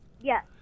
Yes